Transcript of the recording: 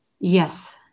Yes